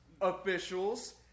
officials